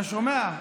אתה שומע?